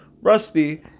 Rusty